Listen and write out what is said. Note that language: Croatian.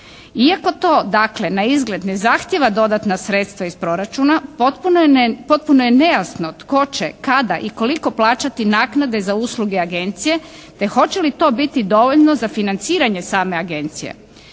Iako to dakle naizgled ne zahtijeva dodatna sredstva iz Proračuna potpuno je nejasno tko će, kada i koliko plaćati naknade za usluge Agencije te hoće li to biti dovoljno za financiranje same Agencije?